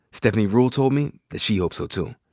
stephanie ruhle told me that she hopes so too.